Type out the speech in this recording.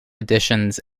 additions